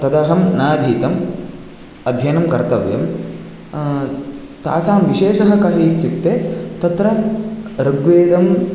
तदहं नाधीतम् अध्ययनं कर्तव्यं तासां विशेषः कः इत्युक्ते तत्र ऋग्वेदम्